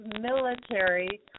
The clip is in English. military